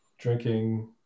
drinking